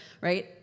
right